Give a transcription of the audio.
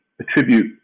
attribute